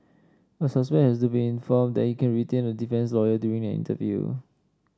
a suspect has to be informed that he can retain a defence lawyer during an interview